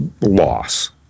loss